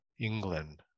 England